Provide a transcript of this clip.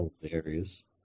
hilarious